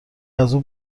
ازاو